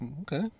okay